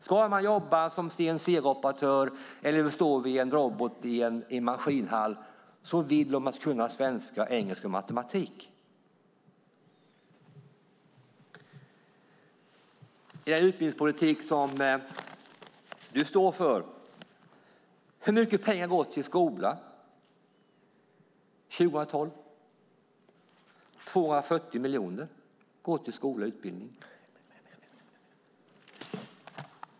Ska man jobba som CNC-operatör eller stå vid en robot i en maskinhall vill de att man ska kunna svenska, engelska och matematik. Hur mycket pengar går till skolan 2012? 240 miljoner går till skola och utbildning.